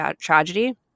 tragedy